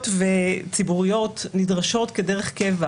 10:31) חברות גלובליות וציבוריות נדרשות כדרך קבע